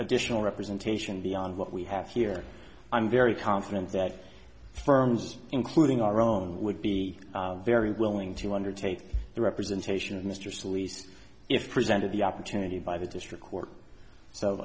additional representation the on what we have here i'm very confident that firms including our own would be very willing to undertake the representation mistress least if present of the opportunity by the district court so